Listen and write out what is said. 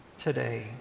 today